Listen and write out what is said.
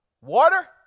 water